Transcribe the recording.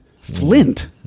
Flint